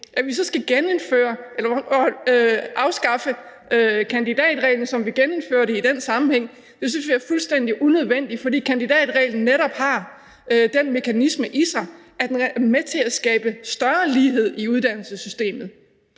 At vi så skal afskaffe kandidatreglen, som vi gennemførte i den sammenhæng, synes vi er fuldstændig unødvendigt, fordi kandidatreglen netop har den mekanisme i sig, at den er med til at skabe større lighed i uddannelsessystemet.